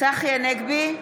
צחי הנגבי,